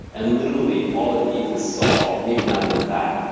and literally, all it needs is salt and maybe not even that.